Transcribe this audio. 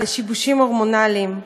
לשיבושים הורמונליים.